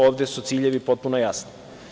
Ovde su ciljevi potpuno jasni.